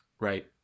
Right